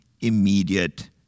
immediate